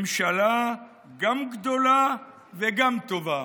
ממשלה גם גדולה וגם טובה.